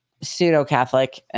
pseudo-Catholic